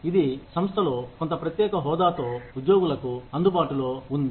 ఇది సంస్థలో కొంత ప్రత్యేక హోదాతో ఉద్యోగులకు అందుబాటులో ఉంది